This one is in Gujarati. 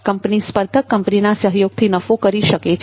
કંપની સ્પર્ધક કંપનીના સહયોગથી નફો કરી શકે છે